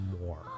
more